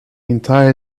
entire